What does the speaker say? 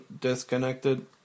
disconnected